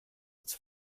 its